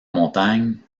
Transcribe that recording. montagne